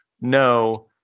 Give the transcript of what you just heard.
no